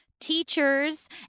teachers